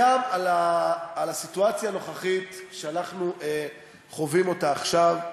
גם על הסיטואציה הנוכחית שאנחנו חווים אותה עכשיו,